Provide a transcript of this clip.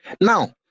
now